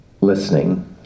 listening